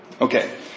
Okay